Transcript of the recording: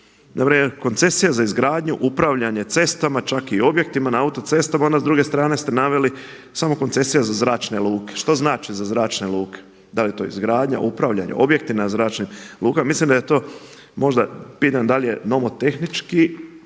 Koncesija za izgradnju upravljanje cestama, čak i objektima na autocestama, onda s druge strane ste naveli samo koncesija za zračne luke. Što znači za zračne luke? Da li je to izgradnja, upravljanje, objektima zračnim? Mislim da je to možda, pitam da li je nomotehnički